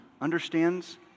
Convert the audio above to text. understands